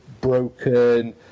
broken